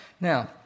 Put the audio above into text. now